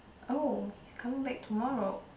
oh he's coming back tomorrow